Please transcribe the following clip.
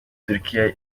turkiya